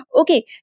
okay